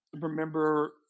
remember